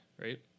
right